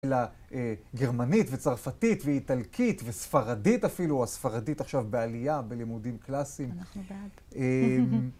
אלא גרמנית, וצרפתית, ואיטלקית, וספרדית אפילו, הספרדית עכשיו בעלייה בלימודים קלאסיים. אנחנו בעד.